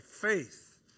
faith